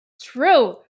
true